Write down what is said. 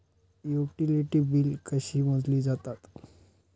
Utility बिले कशी मोजली जातात?